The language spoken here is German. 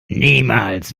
niemals